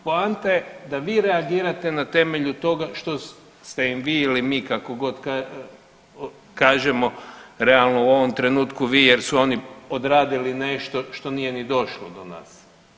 Poanta je da vi reagirate na temelju toga što ste im vi ili mi kako god kažemo, realno u ovom trenutku vi jer su oni odradili nešto što nije ni došlo do nas.